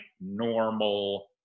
normal